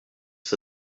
for